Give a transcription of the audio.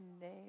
name